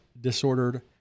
disordered